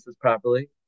properly